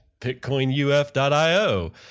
BitcoinUF.io